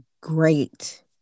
great